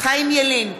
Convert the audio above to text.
חיים ילין,